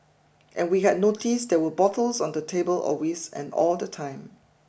and we had noticed there were bottles on the table always and all the time